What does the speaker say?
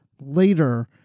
later